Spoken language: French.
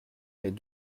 les